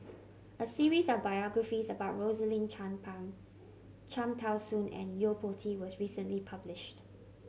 a series of biographies about Rosaline Chan Pang Cham Tao Soon and Yo Po Tee was recently published